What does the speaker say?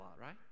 right